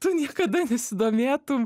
tu niekada nesidomėtum